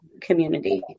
community